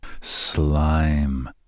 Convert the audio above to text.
slime